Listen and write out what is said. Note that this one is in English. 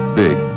big